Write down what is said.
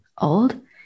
old